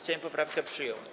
Sejm poprawkę przyjął.